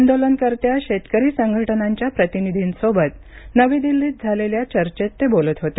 आंदोलनकर्त्या शेतकरी संघटनांच्या प्रतिनिधींसोबत नवी दिल्लीत झालेल्या चर्चेत ते बोलत होते